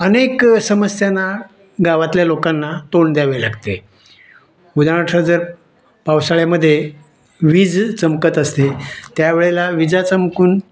अनेक समस्यांना गावातल्या लोकांना तोंड द्यावे लागते उदाहरणार्थ जर पावसाळ्यामध्ये वीज चमकत असते त्यावेळेला विजा चमकून